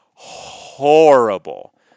horrible